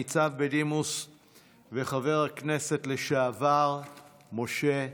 ניצב בדימוס וחבר הכנסת לשעבר משה מזרחי.